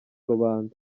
rubanda